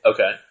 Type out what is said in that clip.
Okay